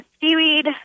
seaweed